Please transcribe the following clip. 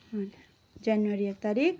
जनवरी एक तारिख